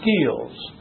skills